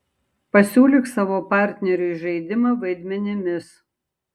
pasiūlyk savo partneriui žaidimą vaidmenimis